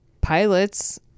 pilots